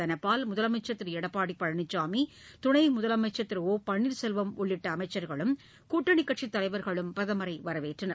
தனபால் முதலமமச்சர் திருளடப்பாடிபழனிசாமி துணைமுதலமைச்சர் திருஒபன்னீர்செல்வம் உள்ளிட்டஅமைச்சர்களும் கூட்டணிகட்சித்தலைவர்களும் பிரதமரைவரவேற்றனர்